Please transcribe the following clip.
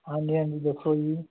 ਹਾਂਜੀ ਹਾਂਜੀ ਦੱਸੋ ਜੀ